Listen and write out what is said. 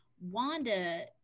Wanda